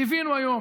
ליווינו היום